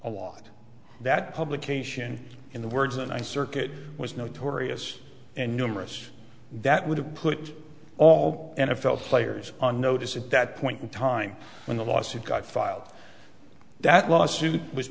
a lot that publication in the words and circuit was notorious and numerous that would have put all n f l players on notice at that point in time when the lawsuit got filed that lawsuit w